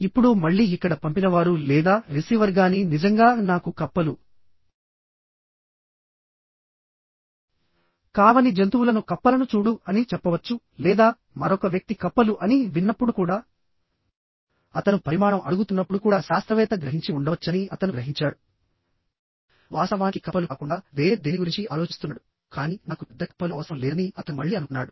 ఇప్పుడు మళ్ళీ ఇక్కడ పంపినవారు లేదా రిసీవర్ గాని నిజంగా నాకు కప్పలు కావని జంతువులను కప్పలను చూడు అని చెప్పవచ్చు లేదా మరొక వ్యక్తి కప్పలు అని విన్నప్పుడు కూడా అతను పరిమాణం అడుగుతున్నప్పుడు కూడా శాస్త్రవేత్త గ్రహించి ఉండవచ్చని అతను గ్రహించాడు వాస్తవానికి కప్పలు కాకుండా వేరే దేని గురించి ఆలోచిస్తున్నాడు కానీ నాకు పెద్ద కప్పలు అవసరం లేదని అతను మళ్ళీ అనుకున్నాడు